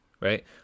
right